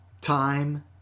time